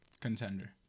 contender